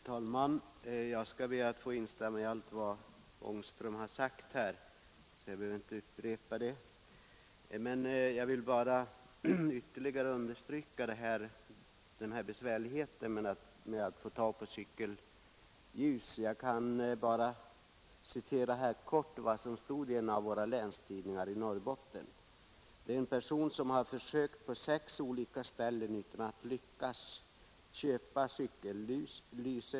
Herr talman! Jag skall be att få instämma i allt vad herr Ångström sagt. Jag behöver inte upprepa det. Jag vill bara ytterligare understryka svårigheterna när det gäller att få tag på cykellyktor. Jag vill i korthet återge vad som stod i en av Norrbottens länstid ningar: En person har försökt på sex olika ställen utan att lyckas köpa cykellyse.